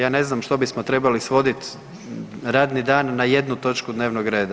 Ja ne znam što bismo trebali svoditi radni dan na jednu točku dnevnog reda.